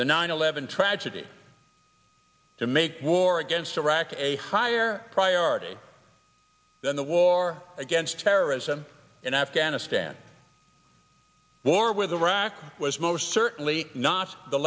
the nine eleven tragedy to make war against iraq a higher priority than the war against terrorism in afghanistan war with iraq was most certainly not the